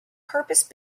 purpose